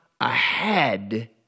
ahead